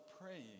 praying